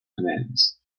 commands